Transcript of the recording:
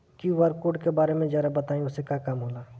QR code के बारे में जरा बताई वो से का काम होला?